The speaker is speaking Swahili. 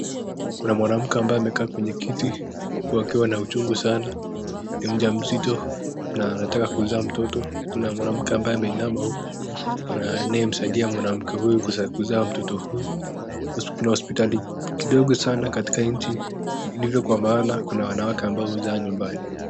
Kuna mwanamke ambaye amekaa kwenye kiti huku akiwa na uchungu sana akiwa na uchungu sana, ni mjamzito na anataka kuzaa mtoto, kuna mwanamke ambaye ameinama huku anayemsaidia mwanamke huyu kuzaa mtoto huyu kwa vile hospitali kidogo sana katika nchi ndizo kwa maana kuna wanawake ambao huzaa nyumbani.